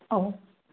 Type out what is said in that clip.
औ